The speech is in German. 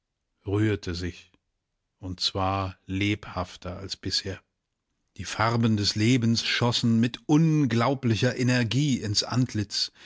rührte sich und zwar lebhafter als bisher die farben des lebens schossen mit unglaublicher energie ins antlitz